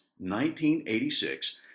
1986